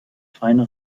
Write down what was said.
feine